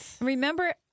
Remember